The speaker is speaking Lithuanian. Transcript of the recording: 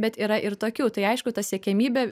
bet yra ir tokių tai aišku ta siekiamybė